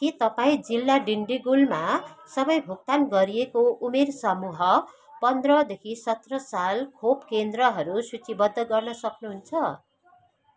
के तपाईँँ जिल्ला डिन्डिगुलमा सबै भुक्तान गरिएको उमेरसमूह पन्ध्रदेखि सत्र साल खोप केन्द्रहरू सूचीबद्ध गर्न सक्नुहुन्छ